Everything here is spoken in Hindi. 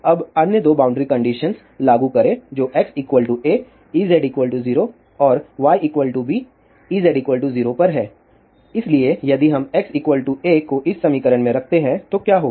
अब अन्य 2 बॉउंड्री कंडीशन लागू करें जो x a Ez 0 और y b Ez 0 पर हैं इसलिए यदि हम x a को इस समीकरण में रखते हैं तो क्या होगा